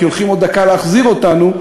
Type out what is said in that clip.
כי הולכים עוד דקה להחזיר אותנו,